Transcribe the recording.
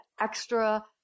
extra